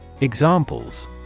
Examples